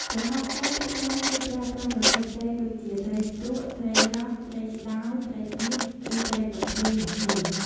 ប្រហុកសាច់ភាគច្រើនគេប្រើប្រាស់ប្រភេទត្រីដូចជាត្រីផ្ទក់ ត្រីរ៉ស់ ត្រីឆ្តោ ត្រីឌៀប ឬត្រីកំភ្លាញ មកធ្វើ។